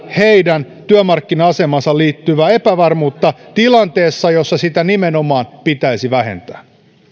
heidän työmarkkina asemaansa liittyvää epävarmuutta tilanteessa jossa sitä nimenomaan pitäisi vähentää